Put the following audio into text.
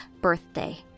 birthday